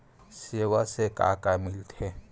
सेवा से का का मिलथे?